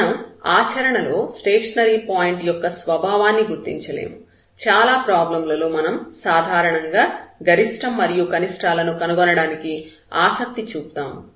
మనం ఆచరణలో stationary point యొక్క స్వభావాన్ని గుర్తించలేము చాలా ప్రాబ్లం లలో మనం సాధారణంగా గరిష్టం మరియు కనిష్టాలను కనుగొనడానికి ఆసక్తి చూపుతాము